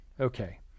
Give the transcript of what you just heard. Okay